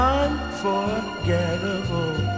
unforgettable